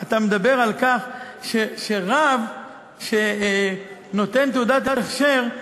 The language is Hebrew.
אתה מדבר על כך שרב שנותן תעודת הכשר,